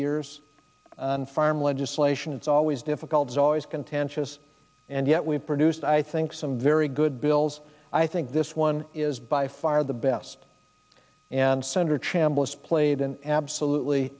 years on farm legislation it's always difficult as always contentious and yet we produced i think some very good bills i think this one is by far the best and senator chambliss played an absolutely